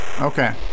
Okay